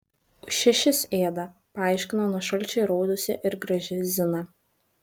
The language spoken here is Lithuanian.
už šešis ėda paaiškino nuo šalčio įraudusi ir graži zina